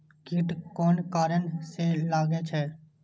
कीट कोन कारण से लागे छै?